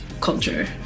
culture